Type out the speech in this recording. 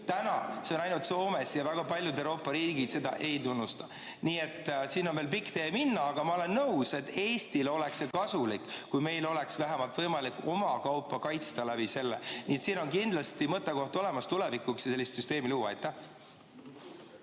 Täna on see ainult Soomes ja väga paljud Euroopa riigid seda ei tunnusta. Nii et siin on veel pikk tee minna. Aga ma olen nõus, et Eestile oleks see kasulik, kui meil oleks võimalik oma kaupa läbi selle kaitsta. Nii et siin on kindlasti mõttekoht olemas, et tulevikuks sellist süsteemi luua.